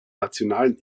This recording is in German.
nationalen